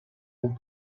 and